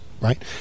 right